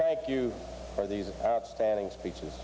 thank you for these outstanding speeches